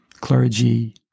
clergy